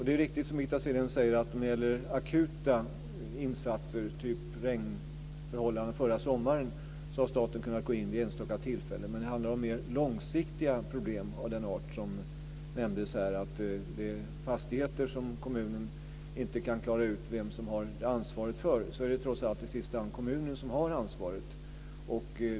Det är riktigt som Birgitta Sellén säger att staten i akuta situationer, typ regnförhållandena förra sommaren, har kunnat gå in vid enstaka tillfällen. Men handlar det om mer långsiktiga problem av den art som nämndes här, fastigheter som kommunen inte kan klara ut vem som har ansvaret för, är det trots allt i sista hand kommunen som har ansvaret.